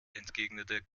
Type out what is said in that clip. entgegnete